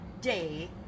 day